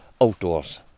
outdoors